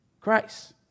Christ